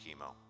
chemo